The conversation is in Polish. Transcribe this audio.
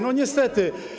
No, niestety.